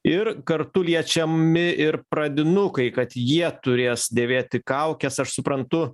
ir kartu liečiami ir pradinukai kad jie turės dėvėti kaukes aš suprantu